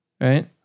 Right